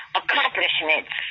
accomplishments